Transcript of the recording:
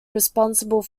responsible